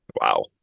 Wow